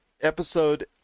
episode